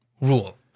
rule